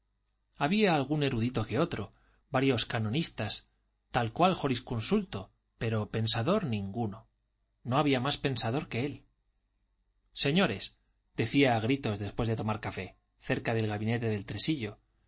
había algún erudito que otro varios canonistas tal cual jurisconsulto pero pensador ninguno no había más pensador que él señores decía a gritos después de tomar café cerca del gabinete del tresillo